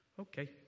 Okay